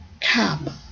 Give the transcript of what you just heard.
CAB